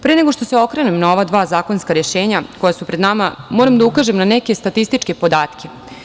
Pre nego što se okrenem na ova dva zakonska rešenja koja su pred nama, moram da ukažem na neke statističke podatke.